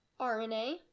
RNA